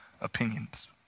opinions